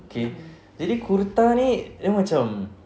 okay jadi kurta ni dia macam